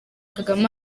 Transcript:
kagame